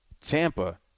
Tampa